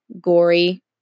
gory